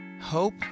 hope